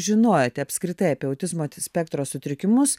žinojote apskritai apie autizmo spektro sutrikimus